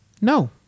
No